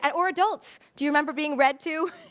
and or adults? do you remember being read to?